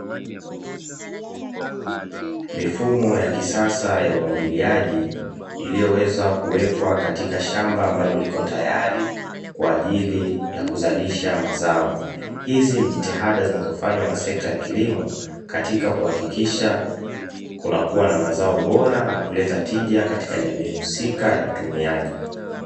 Mifumo ya kisasa ya umwagiliaji iliyoweza kuwekwa katika shamba ambalo liko tayari kwa ajili ya kuzalisha mazao, hizi ni jitihada zinazofanywa na sekta ya kilimo katika kuhakikisha kunakuwa na mazao bora na kuleta tija katika jamii husika ya watumiaji.